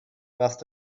must